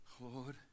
Lord